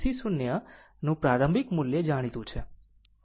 તેથી VC 0 નું પ્રારંભિક મૂલ્ય જાણીતું છે